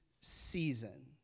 season